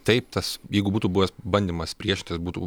taip tas jeigu būtų buvęs bandymas priešintis būtų